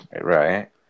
Right